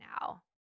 now